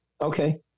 Okay